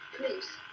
Please